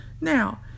now